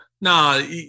No